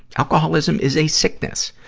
alcoholism is a sickness.